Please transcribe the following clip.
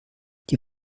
die